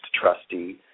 trustee